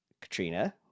Katrina